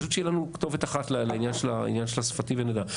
פשוט שיהיה לנו כתובת אחת לעניין של השפתי, ונדע.